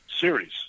series